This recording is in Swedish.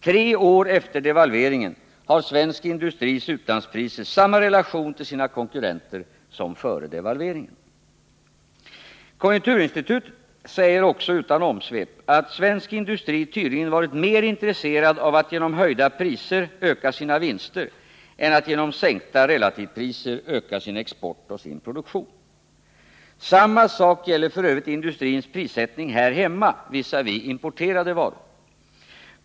Tre år efter devalveringen har svensk industris utlandspriser samma relation till konkurrenternas som före devalveringen. Konjunkturinstitutet säger också utan omsvep att svensk industri tydligen varit mer intresserad av att genom höjda priser öka sina vinster än av att genom sänkta relativpriser öka sin export och sin produktion. Samma sak gäller f. ö. industrins prissättning här hemma visavi importerade varor.